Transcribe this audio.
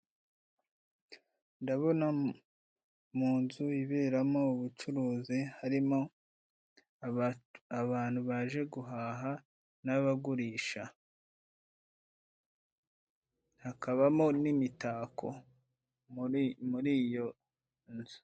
Ndabona mu nzu iberamo ubucuruzi harimo abantu baje guhaha n'abagurisha hakaba mo n'imitako mur'iyo nzu.